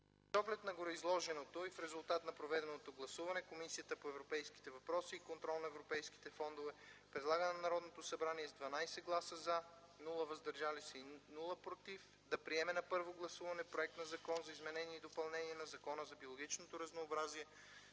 оглед на гореизложеното и в резултат на проведеното гласуване, Комисията по европейските въпроси и контрол на европейските фондове предлага на Народното събрание с 12 гласа „за”, без „против” и „въздържали се” да приеме на първо гласуване Законопроект за изменение и допълнение на Закона за биологичното разнообразие,